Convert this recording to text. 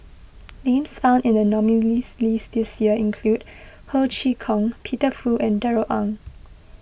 names found in the nominees' list this year include Ho Chee Kong Peter Fu and Darrell Ang